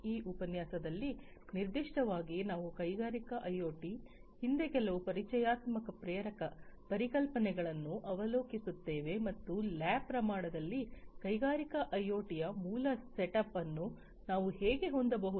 ಈ ಉಪನ್ಯಾಸದಲ್ಲಿ ನಿರ್ದಿಷ್ಟವಾಗಿ ನಾವು ಕೈಗಾರಿಕಾ ಐಒಟಿಯ ಹಿಂದೆ ಕೆಲವು ಪರಿಚಯಾತ್ಮಕ ಪ್ರೇರಕ ಪರಿಕಲ್ಪನೆಗಳನ್ನು ಅವಲೋಕಿಸುತ್ತೇವೆ ಮತ್ತು ಲ್ಯಾಬ್ ಪ್ರಮಾಣದಲ್ಲಿ ಕೈಗಾರಿಕಾ ಐಒಟಿಯ ಮೂಲ ಸೆಟಪ್ ಅನ್ನು ನಾವು ಹೇಗೆ ಹೊಂದಬಹುದು